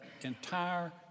entire